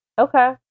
Okay